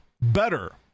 better